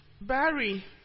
Barry